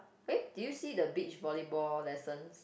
eh did you see the beach volleyball lessons